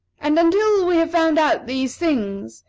and until we have found out these things,